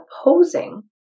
opposing